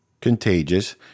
contagious